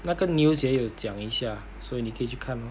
那个 news 也有讲一下所以你可以去看 lor